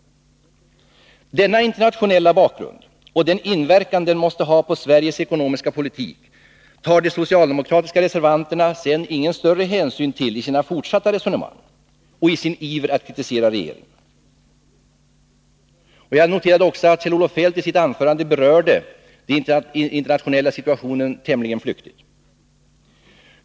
Denna internationella bakgrund och den inverkan den måste ha på Sveriges ekonomiska politik tar de socialdemokratiska reservanterna ingen större hänsyn till i sina fortsatta resonemang och i sin iver att kritisera regeringen. Och jag noterade att Kjell-Olof Feldt i sitt anförande berörde den internationella situationen tämligen flyktigt.